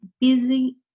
busy